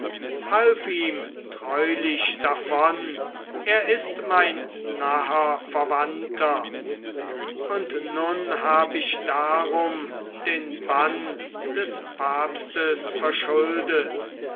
half ihm treulich davon er ist mein naher verwandter und nun hab ich darum den bann des papstes verschuldet